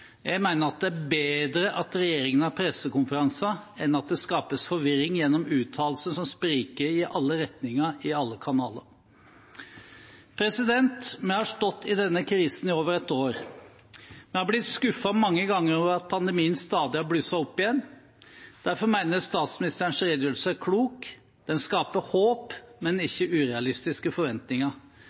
Jeg mener at det er bedre at regjeringen har pressekonferanser enn at det skapes forvirring gjennom uttalelser som spriker i alle retninger i alle kanaler. Vi har stått i denne krisen i over et år. Vi har blitt skuffet mange ganger over at pandemien stadig har blusset opp igjen. Derfor mener jeg statsministerens redegjørelse er klok. Den skaper håp, men ikke urealistiske forventninger.